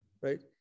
right